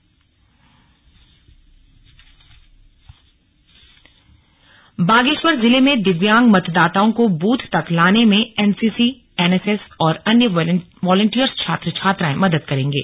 संवेदीकरण प्रशिक्षण बागेश्वर जिले में दिव्यांग मतदाताओं को बूथ तक लाने में एनसीसी एनएसएस और अन्य वॉलींटियर्स छात्र छात्राएं मदद करेंगे